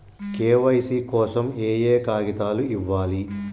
KYC కోసం ఏయే కాగితాలు ఇవ్వాలి?